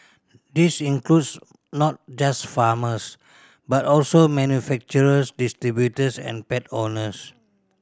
this includes not just farmers but also manufacturers distributors and pet owners